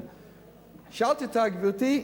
שאלתי אותה: גברתי,